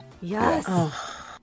yes